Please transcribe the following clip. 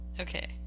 Okay